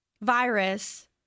virus